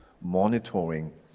monitoring